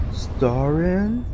starring